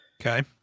Okay